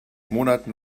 monaten